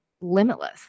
limitless